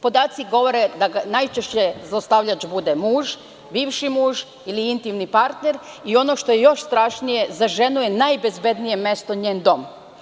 Podaci govore da najčešće zlostavljač bude muž, bivši muž ili intimni partner i ono što je najstrašnije da je za ženu najopasnije mesto njen dom.